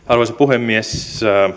arvoisa puhemies